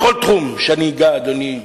בכל תחום שאגע, אדוני,